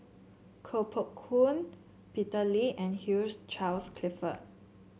Koh Poh Koon Peter Lee and Hugh Charles Clifford